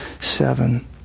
seven